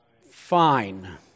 fine